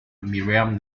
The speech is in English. miriam